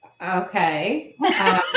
Okay